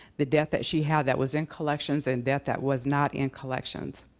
the debt that she had that was in collections and debt that was not in collections.